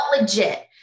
legit